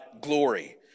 glory